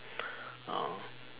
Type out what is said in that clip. um